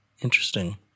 Interesting